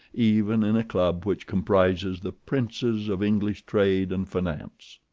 even in a club which comprises the princes of english trade and finance.